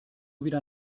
wieder